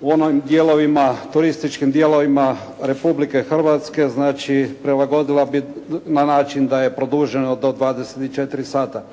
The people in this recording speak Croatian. u onim dijelovima, turističkim dijelovima Republike Hrvatske, znači prilagodila bi na način da je produženo do 24 sata.